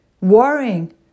worrying